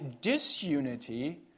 disunity